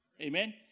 amen